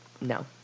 no